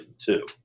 two